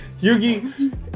Yugi